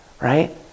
right